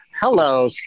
Hello